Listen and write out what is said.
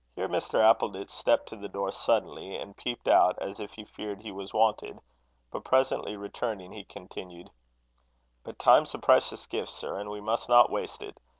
here mr. appleditch stepped to the door suddenly, and peeped out, as if he feared he was wanted but presently returning, he continued but time's a precious gift, sir, and we must not waste it.